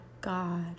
God